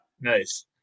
nice